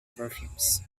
perfumes